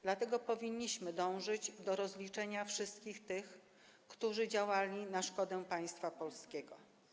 Dlatego powinniśmy dążyć do rozliczenia wszystkich tych, którzy działali na szkodę państwa polskiego.